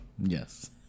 Yes